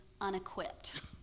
unequipped